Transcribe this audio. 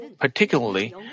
Particularly